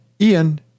Ian